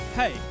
Hey